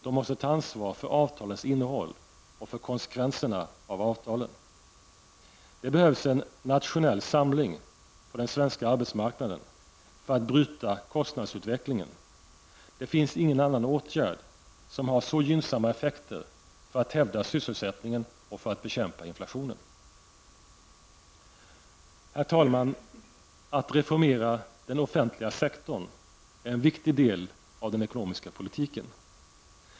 De måste ta ansvar för avtalens innehåll och för konsekvenserna av avtalen. Det behövs en nationell samling på den svenska arbetsmarknaden för att bryta kostnadsutvecklingen. Det finns ingen annan åtgärd som har så gynnsamma effekter för att hävda sysselsättningen och för att bekämpa inflationen. Herr talman! Att reformera den offentliga sektorn är en viktig del av den ekonomiska politiken.